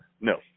No